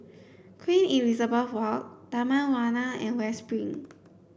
Queen Elizabeth Walk Taman Warna and West Spring